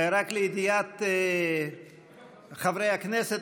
רק לידיעת חברי הכנסת,